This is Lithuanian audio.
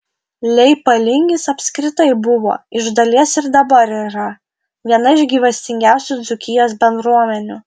leipalingis apskritai buvo iš dalies ir dabar yra viena iš gyvastingiausių dzūkijos bendruomenių